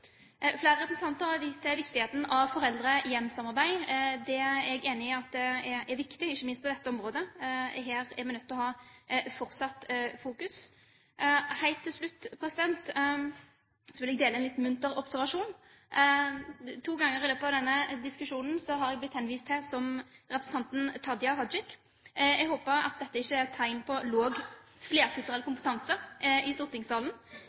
Flere representanter har vist til viktigheten av samarbeid med foreldrene i hjemmet. Det er jeg enig i er viktig, ikke minst på dette området. Her er vi nødt til fortsatt å ha fokus. Helt til slutt vil jeg dele en litt munter observasjon. To ganger i løpet av denne diskusjonen har jeg blitt henvist til som representanten «Hajik». Jeg håper at dette ikke er et tegn på lav flerkulturell kompetanse i stortingssalen.